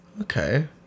Okay